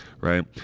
right